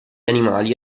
animali